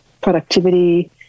productivity